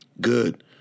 Good